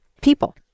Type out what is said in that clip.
people